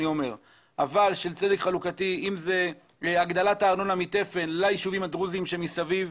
אבל של צדק חלוקתי כמו הגדלת הארנונה מתפן ליישובים הדרוזיים שמסביב.